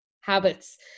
habits